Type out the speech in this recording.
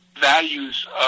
values